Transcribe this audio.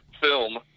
film